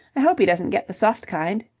i hope he doesn't get the soft kind,